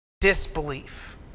disbelief